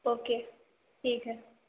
okay ठीक है